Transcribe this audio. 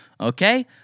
Okay